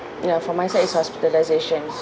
ya for myself is hospitalisations